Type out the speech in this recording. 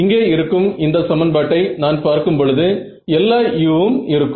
இங்கே இருக்கும் இந்த சமன்பாட்டை நான் பார்க்கும் பொழுது எல்லா u ம் இருக்கும்